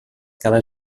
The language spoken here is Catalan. cada